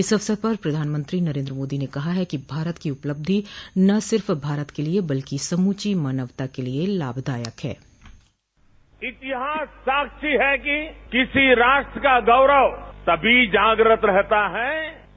इस अवसर पर प्रधानमंत्री नरेन्द्र मोदी ने कहा है कि भारत की उपलब्धि न सिर्फ भारत के लिए बल्कि समूची मानवता के लिए लाभदायक है बाइट इतिहास साक्षी है कि किसी राष्ट्र का गौरव तभी जागृत रहता है